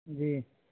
جی